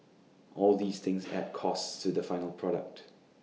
all these things add costs to the final product